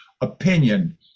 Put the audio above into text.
opinion